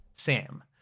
Sam